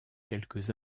quelques